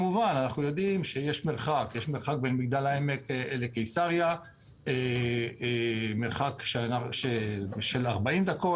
אנחנו יודעים שיש מרחק בין מגדל העמק לקיסריה של 40 דקות,